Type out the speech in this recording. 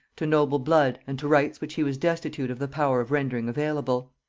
to noble blood, and to rights which he was destitute of the power of rendering available.